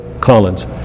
Collins